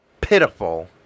pitiful